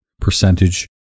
percentage